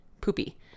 poopy